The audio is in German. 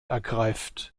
ergreift